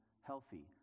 healthy